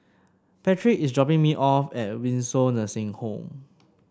Patric is dropping me off at Windsor Nursing Home